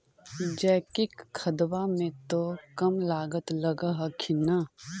जैकिक खदबा मे तो कम लागत लग हखिन न?